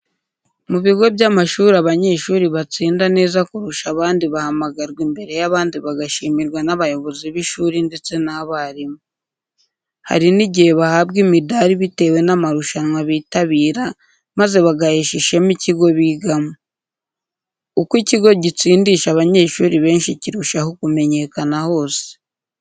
Mu bigo by'amashuri abanyeshuri batsinda neza kurusha abandi bahamagarwa imbere y'abandi bagashimirwa n'abayobozi b'ishuri ndetse n'abarimu. Hari n'igihe bahabwa imidari bitewe n'amarushanwa bitabira, maze bagahesha ishema ikigo bigamo. Uko ikigo gitsindisha abanyeshuri benshi cyirushaho kumenyekana hose.